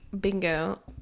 bingo